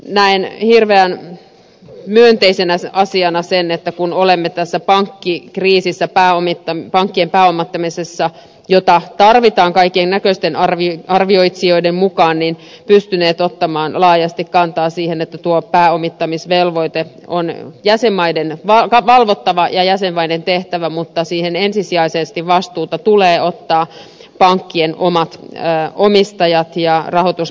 näen hirveän myönteisenä asiana sen että olemme tässä pankkikriisissä pankkien pääomittamisessa jota tarvitaan kaikennäköisten arvioitsijoiden mukaan pystyneet ottamaan laajasti kantaa siihen että tuo pääomittamisvelvoite on jäsenmaiden valvottava ja jäsenmaiden tehtävä mutta siihen ensisijaisesti vastuuta tulee ottaa pankkien omien omistajien ja rahoituslaitosten omistajien